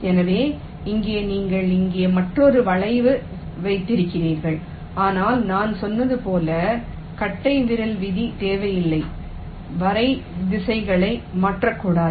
எனவே இங்கே நீங்கள் இங்கே மற்றொரு வளைவு வைத்திருக்கிறீர்கள் ஆனால் நான் சொன்னது போல் கட்டைவிரல் விதி தேவையில்லை வரை திசைகளை மாற்றக்கூடாது